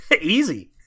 Easy